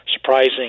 surprising